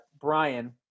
Brian